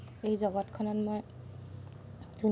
এই জগতখনত মই